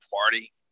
party